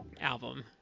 album